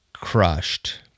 crushed